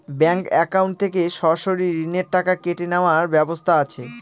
Bank account থেকে সরাসরি ঋণের টাকা কেটে নেওয়ার ব্যবস্থা আছে?